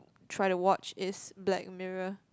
try to watch is Black Mirror